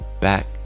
back